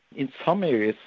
in some areas,